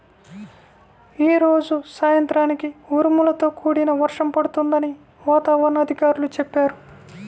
యీ రోజు సాయంత్రానికి ఉరుములతో కూడిన వర్షం పడుతుందని వాతావరణ అధికారులు చెప్పారు